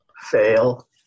fail